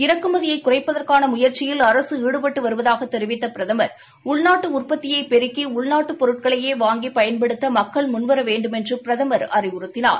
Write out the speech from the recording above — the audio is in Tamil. இறக்குமதியை குறைப்பதற்கான முயற்சியில் அரசு ஈடுபட்டு வருவதாக தெரிவித்த பிரதமா் உள்நாட்டு உற்பத்தியை பெருக்கி உள்நாட்டு பொருட்களையே வாங்கி பயன்படுத்த மக்கள் முன்வர வேண்டுமென்று பிரதமர் அறிவுறுத்தினார்